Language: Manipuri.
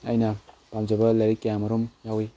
ꯑꯩꯅ ꯄꯥꯝꯖꯕ ꯂꯥꯏꯔꯤꯛ ꯀꯌꯥ ꯑꯃꯔꯣꯝ ꯌꯥꯎꯋꯤ